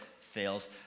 fails